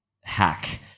hack